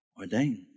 ordained